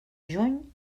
juny